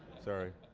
sorry.